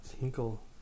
Hinkle